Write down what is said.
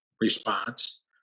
response